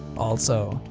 also,